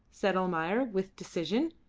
said almayer, with decision,